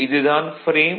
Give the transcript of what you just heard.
இது தான் ஃப்ரேம்